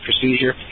procedure